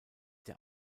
der